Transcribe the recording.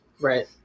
right